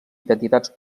identitats